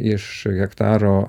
iš hektaro